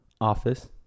office